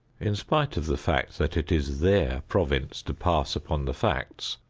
in spite of the fact that it is their province to pass upon the facts,